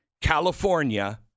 California